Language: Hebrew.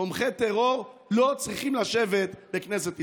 תומכי טרור לא צריכים לשבת בכנסת ישראל.